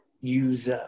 use